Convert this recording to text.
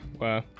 Wow